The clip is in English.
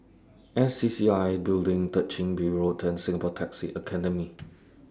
S C C C I Building Third Chin Bee Road and Singapore Taxi Academy